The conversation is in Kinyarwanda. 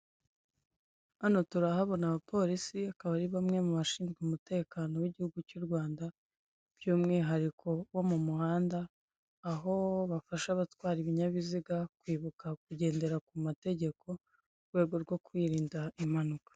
Hano turahabona abapolisi akaba ari bamwe mu bashinzwe umutekano w'igihugu cyu Rwanda byumwihariko wo mu muhanda aho bafasha abatwara ibinyabiziga kwibuka kugendera ku mategeko mu rwego rwo kwirinda impanuka.